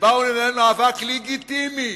שבאו לנהל מאבק לגיטימי,